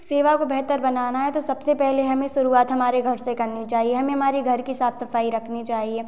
सेवाओं को बेहतर बनाना है तो सबसे पहले हमें शुरुआत हमारे घर से करनी चाहिए हमें हमारी घर की साफ सफाई रखनी चाहिए